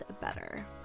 better